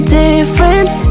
difference